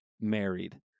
married